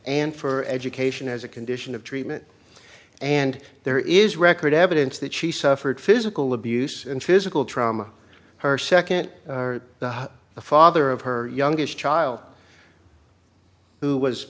and for education as a condition of treatment and there is record evidence that she suffered physical abuse and physical trauma her second the father of her youngest child who was